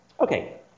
Okay